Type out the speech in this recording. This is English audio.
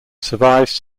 survives